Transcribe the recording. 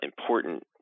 important